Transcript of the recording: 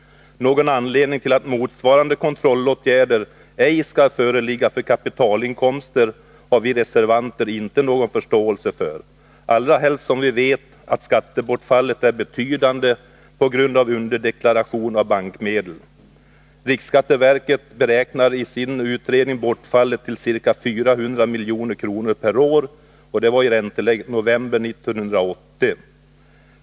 Att motsvarande kontrollåtgärder ej skall vidtas när det gäller kapitalinkomster har vi reservanter inte någon förståelse för, allra helst som vi vet att skattebortfallet är betydande på grund av underdeklaration av bankmedel. Riksskatteverket beräknar i sin utredning bortfallet till ca 400 milj.kr. per år, vilket gällde i ränteläget november 1980.